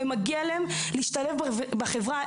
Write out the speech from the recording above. ומגיע להם להשתלב בחברה.